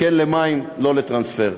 כן למים, לא לטרנספר.